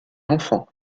l’enfant